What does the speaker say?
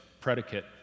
predicate